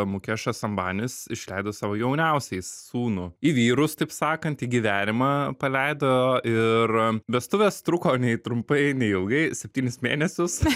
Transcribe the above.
mukešas ambanis išleido savo jauniausiąjį sūnų į vyrus taip sakant į gyvenimą paleido ir vestuvės truko nei trumpai nei ilgai septynis mėnesius